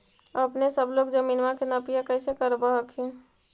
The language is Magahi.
अपने सब लोग जमीनमा के नपीया कैसे करब हखिन?